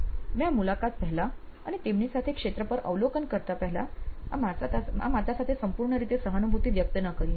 મેં આ મુલાકાત પહેલાં અને તેમની સાથે ક્ષેત્ર પર અવલોકન કરતા પહેલા આ માતા સાથે સંપૂર્ણ રીતે સહાનુભૂતિ વ્યક્ત કરી ન હતી